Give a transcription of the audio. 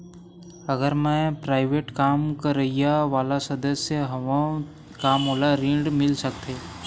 अगर मैं प्राइवेट काम करइया वाला सदस्य हावव का मोला ऋण मिल सकथे?